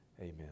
Amen